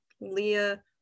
Leah